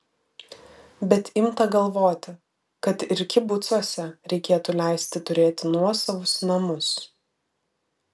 bet imta galvoti kad ir kibucuose reikėtų leisti turėti nuosavus namus